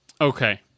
Okay